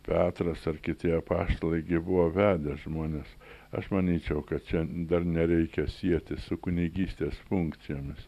petras ar kiti apaštalai buvo vedę žmonės aš manyčiau kad čia dar nereikia sieti su kunigystės funkcijomis